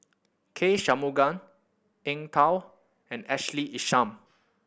K Shanmugam Eng Tow and Ashley Isham